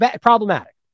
problematic